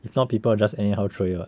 if not people just anyhow throw away [what]